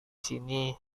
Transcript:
sini